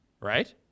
right